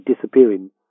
disappearing